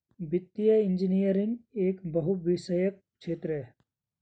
वित्तीय इंजीनियरिंग एक बहुविषयक क्षेत्र है